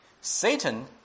Satan